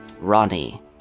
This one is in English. Ronnie